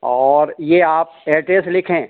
और यह आप एड्रेस लिखें